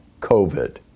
COVID